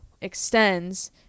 extends